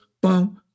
boom